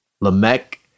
Lamech